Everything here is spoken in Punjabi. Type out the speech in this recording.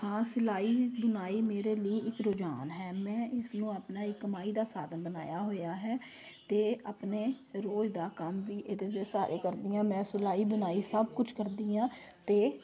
ਹਾਂ ਸਿਲਾਈ ਬੁਣਾਈ ਮੇਰੇ ਲਈ ਇੱਕ ਰੁਝਾਨ ਹੈ ਮੈਂ ਇਸ ਨੂੰ ਆਪਣਾ ਇੱਕ ਕਮਾਈ ਦਾ ਸਾਧਨ ਬਣਾਇਆ ਹੋਇਆ ਹੈ ਅਤੇ ਆਪਣੇ ਰੋਜ਼ ਦਾ ਕੰਮ ਵੀ ਇਹਦੇ ਦੇ ਸਹਾਰੇ ਕਰਦੀ ਹਾਂ ਮੈਂ ਸਿਲਾਈ ਬੁਣਾਈ ਸਭ ਕੁਝ ਕਰਦੀ ਹਾਂ ਅਤੇ